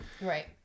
right